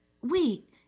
wait